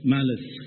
Malice